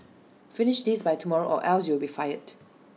finish this by tomorrow or else you'll be fired